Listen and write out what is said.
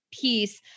piece